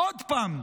עוד פעם,